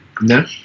No